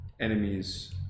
enemies